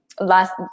last